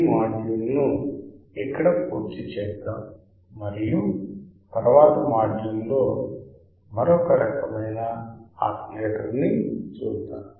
ఈ మాడ్యూల్ను ఇక్కడ పూర్తి చేద్దాం మరియు తరువాతి మాడ్యూల్లో మరొక రకమైన ఆసిలేటర్ ని చూద్దాం